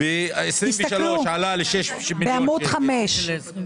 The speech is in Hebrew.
ב-2023 עלה ל-6 מיליון שקלים.